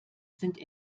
sind